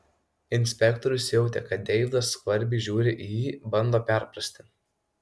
inspektorius jautė kad deividas skvarbiai žiūri į jį bando perprasti